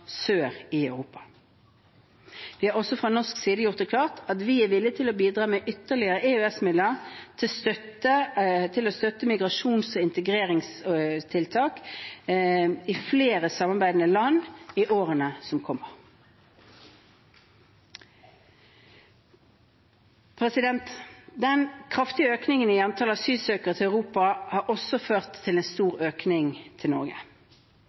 sør i Europa. Vi har også fra norsk side gjort det klart at vi er villige til å bidra med ytterligere EØS-midler til å støtte migrasjons- og integreringstiltak i flere samarbeidende land i årene som kommer. Den kraftige økningen i antall asylsøkere til Europa har også ført til en stor økning til Norge.